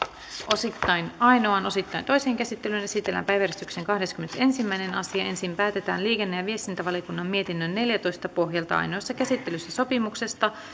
osittain ainoaan osittain toiseen käsittelyyn esitellään päiväjärjestyksen kahdeskymmenesensimmäinen asia ensin päätetään liikenne ja viestintävaliokunnan mietinnön neljätoista pohjalta ainoassa käsittelyssä sopimuksesta